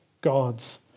God's